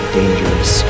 dangerous